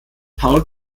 paul